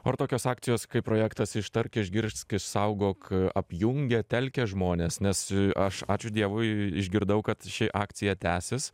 o ar tokios akcijos kaip projektas ištark išgirsk išsaugok apjungia telkia žmones nes aš ačiū dievui išgirdau kad ši akcija tęsis